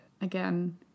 again